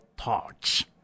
thoughts